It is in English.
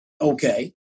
Okay